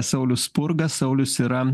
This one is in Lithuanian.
saulius spurga saulius yra